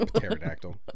Pterodactyl